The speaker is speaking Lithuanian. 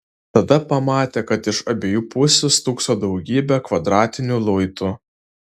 tada pamatė kad iš abiejų pusių stūkso daugybė kvadratinių luitų